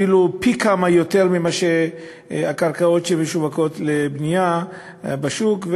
אפילו גדול פי-כמה ממה שמאפשרות הקרקעות שמשווקות לבנייה בשוק.